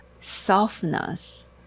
softness